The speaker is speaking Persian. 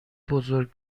بزرگ